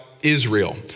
Israel